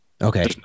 okay